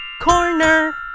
corner